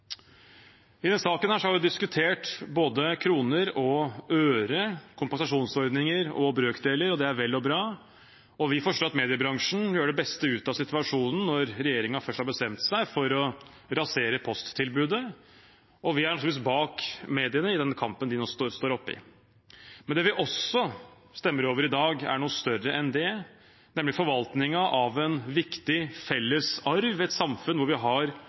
i den kampen de nå står oppe i. Det vi også stemmer over i dag, er noe større enn det, nemlig forvaltningen av en viktig felles arv – et samfunn hvor vi har